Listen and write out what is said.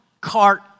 cart